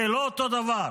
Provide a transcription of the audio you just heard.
זה לא אותו דבר.